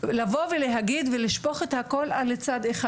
על זה ששופכים את הכל על צד אחד.